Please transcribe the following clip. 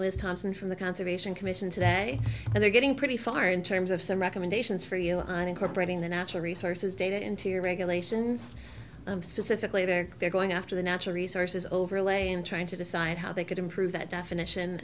thompson from the conservation commission today and they're getting pretty far in terms of some recommendations for you on incorporating the natural resources data into regulations specifically that they're going after the natural resources overlay and trying to decide how they could improve that definition